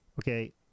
Okay